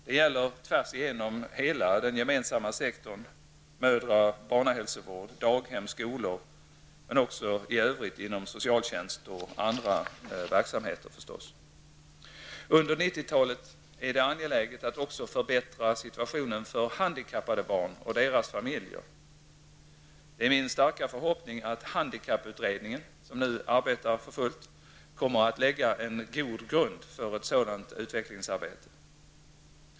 Det gäller rakt över den gemensamma sektorn -- mödra och barnhälsovård, daghem, skolor men också i övrigt inom socialtjänsten och andra verksamheter. Under 90-talet är det också angeläget att förbättra situationen för handikappade barn och deras familjer. Det är min starka förhoppning att handikapputredningen som nu arbetar för fullt kommer att lägga en god grund för ett sådant utvecklingsarbete.